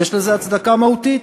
יש לזה הצדקה מהותית,